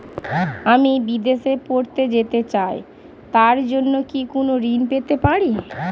আমি বিদেশে পড়তে যেতে চাই তার জন্য কি কোন ঋণ পেতে পারি?